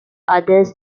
others